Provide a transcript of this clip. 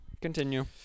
Continue